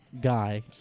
guy